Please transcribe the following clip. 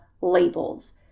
labels